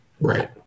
Right